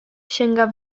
sięga